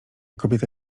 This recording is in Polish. kobieta